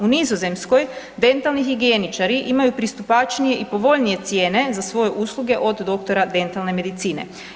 U Nizozemskoj dentalni higijeničari imaju pristupačnije i povoljnije cijene za svoje usluge od doktora dentalne medicine.